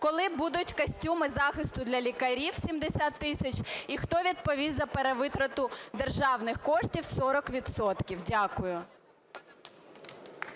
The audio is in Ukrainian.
коли будуть костюми захисту для лікарів, 70 тисяч, і хто відповість за перевитрату державних коштів 40